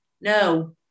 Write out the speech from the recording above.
no